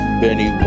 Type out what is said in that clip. benny